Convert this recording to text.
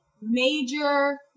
major